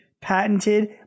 patented